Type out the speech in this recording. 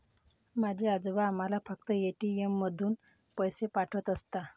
माझे आजोबा आम्हाला फक्त ए.टी.एम मधून पैसे पाठवत असत